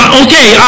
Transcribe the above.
okay